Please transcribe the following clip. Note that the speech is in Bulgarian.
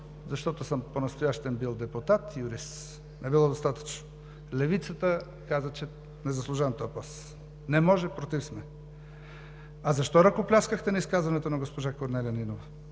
Защото понастоящем съм бил депутат юрист. Не било достатъчно. Левицата каза, че не заслужавам този пост – не може, против сме! А защо ръкопляскахте на изказването на госпожа Корнелия Нинова?